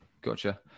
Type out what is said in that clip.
gotcha